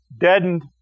deadened